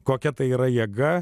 kokia tai yra jėga